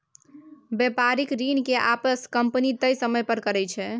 बेपारिक ऋण के आपिस कंपनी तय समय पर करै छै